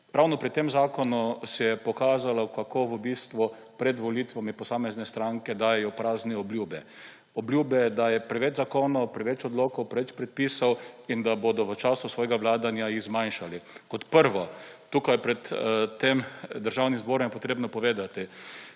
Ravno pri tem zakonu se je pokazalo, kako v bistvu pred volitvami posamezne stranke dajejo prazne obljube, obljube, da je preveč zakonov, preveč odlokov, preveč predpisov in da jih bodo v času svojega vladanja zmanjšale. Kot prvo je tukaj pred tem državnim zborom potrebno povedati,